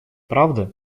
правда